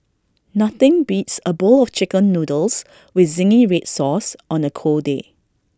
nothing beats A bowl of Chicken Noodles with Zingy Red Sauce on A cold day